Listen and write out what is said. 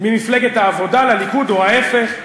ממפלגת העבודה לליכוד או ההפך.